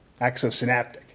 Axosynaptic